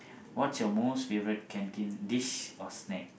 what's your most favourite canteen dish or snack